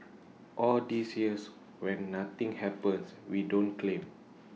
all these years when nothing happens we don't claim